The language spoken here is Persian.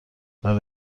برا